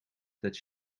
that